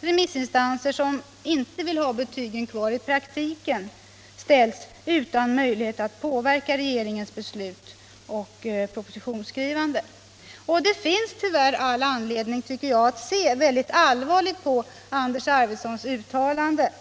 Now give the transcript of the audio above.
remissinstanser som inte vill ha betygen kvar i praktiken ställs utan möjlighet att påverka regeringens beslut och propositionsskrivande. Det finns, enligt min mening, tyvärr all anledning att se mycket allvarligt på Anders Arfwedsons uttalande.